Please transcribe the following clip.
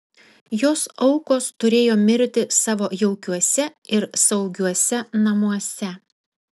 jos aukos turėjo mirti savo jaukiuose ir saugiuose namuose